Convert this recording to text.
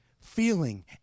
feeling